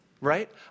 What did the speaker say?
Right